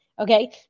Okay